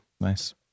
Nice